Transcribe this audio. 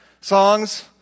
songs